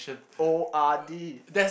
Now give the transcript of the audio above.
O_R_D